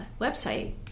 website